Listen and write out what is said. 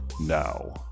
now